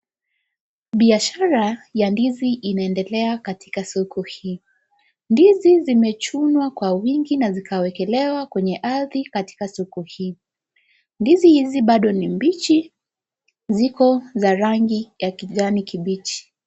Biashara ya ndizi inaendelea katika soko hii. Ndizi zimechunwa kwa wingi na zikawekelewa kwenye ardhi katika soko hii. Ndizi hizi bado ni mbichi, ziko ya rangi ya kijani kibichi.